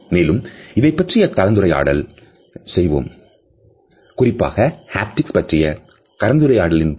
மேலும் இதைப்பற்றி கலந்துரையாடல் செய்வோம் குறிப்பாக haptics பற்றிய கலந்துரையாடலின்போது